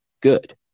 good